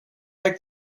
like